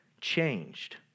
changed